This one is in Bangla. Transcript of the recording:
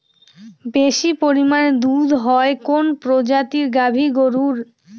বেশি পরিমানে দুধ হয় কোন প্রজাতির গাভি গরুর?